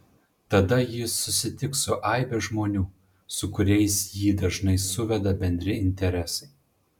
tada jis susitiks su aibe žmonių su kuriais jį dažnai suveda bendri interesai